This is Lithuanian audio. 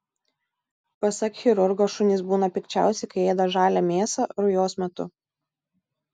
pasak chirurgo šunys būna pikčiausi kai ėda žalią mėsą rujos metu